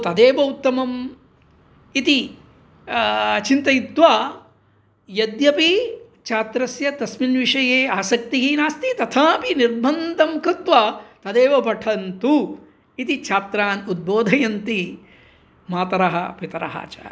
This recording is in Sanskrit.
तदेव उत्तमम् इति चिन्तयित्वा यद्यपि छात्रस्य तस्मिन् विषये आसक्तिः नास्ति तथापि निर्बन्धं कृत्वा तदेव पठन्तु इति छात्रान् उद्बोधयन्ति मातरः पितरः च